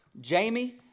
Jamie